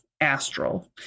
astral